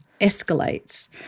escalates